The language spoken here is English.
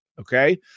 Okay